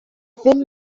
ddim